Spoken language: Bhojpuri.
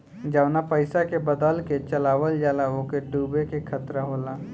जवना पइसा के बदल के चलावल जाला ओके डूबे के खतरा होला